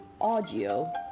audio